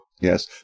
Yes